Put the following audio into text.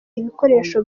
ibikoresho